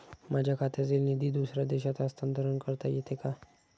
माझ्या खात्यातील निधी दुसऱ्या देशात हस्तांतर करता येते का?